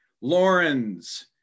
Lawrence